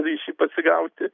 ryšį pasigauti